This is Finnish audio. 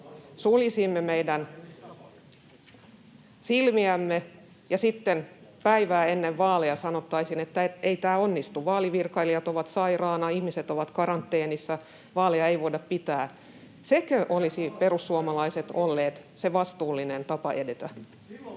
sulkisimme meidän silmiämme, ja sitten päivää ennen vaaleja sanottaisiin, että ei tämä onnistu: vaalivirkailijat ovat sairaina, ihmiset ovat karanteenissa, vaaleja ei voida pitää. Sekö olisi, [Juha Mäenpään välihuuto] perussuomalaiset, ollut se vastuullinen tapa edetä?